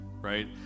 right